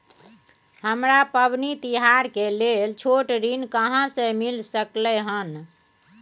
हमरा पबनी तिहार के लेल छोट ऋण कहाँ से मिल सकलय हन?